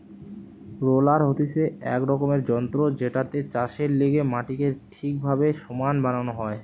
roller হতিছে এক রকমের যন্ত্র জেটাতে চাষের লেগে মাটিকে ঠিকভাবে সমান বানানো হয়